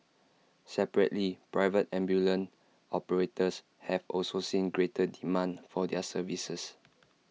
separately private ambulance operators have also seen greater demand for their services